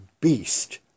beast